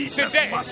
today